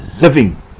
living